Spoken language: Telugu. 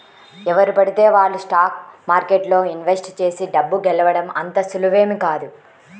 ఎవరు పడితే వాళ్ళు స్టాక్ మార్కెట్లో ఇన్వెస్ట్ చేసి డబ్బు గెలవడం అంత సులువేమీ కాదు